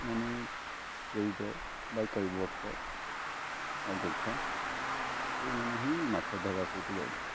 ମାନେ କେଉଟ ବା କୈିବର୍ତ ଆଉ ଗୋଖା ଏଇମାନେ ହିଁ ମାଛ ଧରା ସହିତ ଜଡ଼ିତ